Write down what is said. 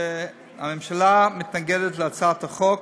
הממשלה מתנגדת להצעת החוק,